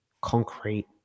concrete